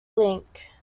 link